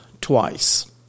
twice